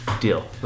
deal